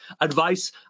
advice